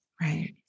Right